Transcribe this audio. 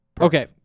okay